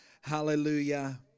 Hallelujah